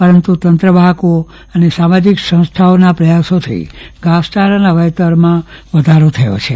પરંતુ તંત્રવાહકો અને સામાજિક સંસ્થાઓના પ્રથાસોથી ઘાસચારા વાવેતરમાં વધારો થયો છે